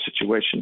situation